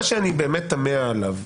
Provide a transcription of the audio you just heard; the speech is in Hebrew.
מה שאני באמת תמה עליו,